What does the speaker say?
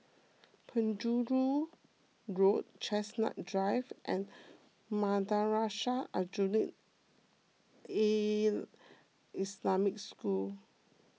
Penjuru Road Chestnut Drive and Madrasah Aljunied Al Islamic School